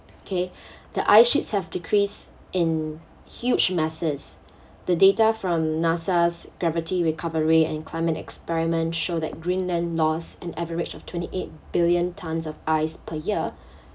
okay the ice sheets have decreased in huge masses the data from NASA's gravity recovery and climate experiment show that greenland lost an average of twenty eight billion tonnes of ice per year